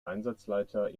einsatzleiter